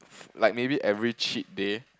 like maybe every cheat day